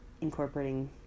incorporating